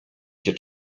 się